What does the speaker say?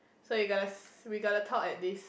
so we got to s~ we got to talk at this